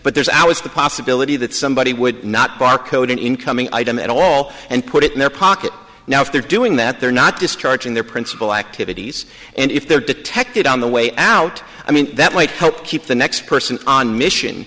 but there's always the possibility that somebody would not barcode an incoming item at all and put it in their pocket now if they're doing that they're not discharging their principal activities and if they're detected on the way out i mean that might help keep the next person on mission